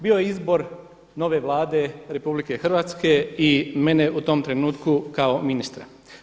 Bio je izbor nove Vlade RH i mene u tom trenutku kao ministra.